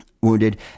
wounded